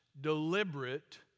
deliberate